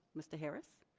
mr. harris